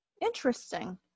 Interesting